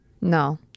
No